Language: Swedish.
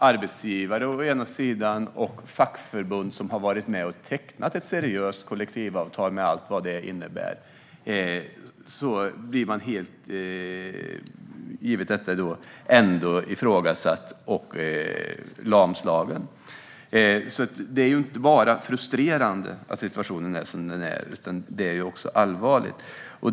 Arbetsgivaren och fackförbundet har varit med och tecknat ett seriöst kollektivavtal med allt vad det innebär. Ändå blir man ifrågasatt och lamslagen. Det är inte bara frustrerande att situationen är sådan som den är, utan det är också allvarligt.